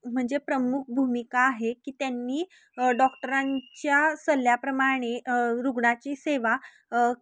म्हणजे प्रमुख भूमिका आहे की त्यांनी डॉक्टरांच्या सल्ल्याप्रमाणे रुग्णाची सेवा